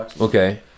okay